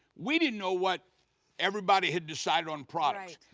we didn't know what everybody had decided on product.